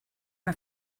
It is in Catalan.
una